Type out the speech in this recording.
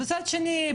מצד שני,